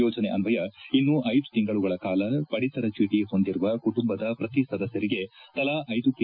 ಯೋಜನೆ ಅನ್ನಯ ಇನ್ನೂ ಐದು ತಿಂಗಳುಗಳ ಕಾಲ ಪಡಿತರ ಚೀಟಿ ಹೊಂದಿರುವ ಕುಟುಂಬದ ಪ್ರತಿ ಸದಸ್ನರಿಗೆ ತಲಾ ಐದು ಕೆ